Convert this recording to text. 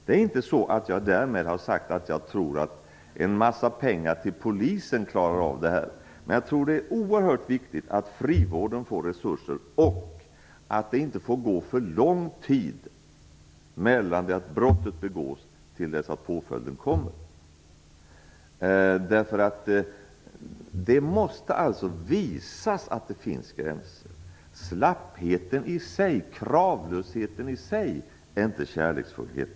Det är inte så att jag därmed har sagt att jag tror en massa pengar till polisen skulle klara av detta. Men det är oerhört viktigt att frivården får resurser och att det inte får gå för lång tid från det att brottet begås till dess att påföljden kommer. Det måste visas att det finns gränser. Slappheten och kravlösheten i sig är inte kärleksfullhet.